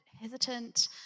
hesitant